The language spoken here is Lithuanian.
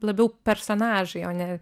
labiau personažai o ne